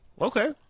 okay